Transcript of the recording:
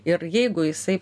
ir jeigu jisai